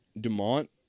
Dumont